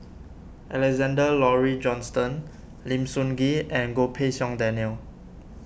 Alexander Laurie Johnston Lim Sun Gee and Goh Pei Siong Daniel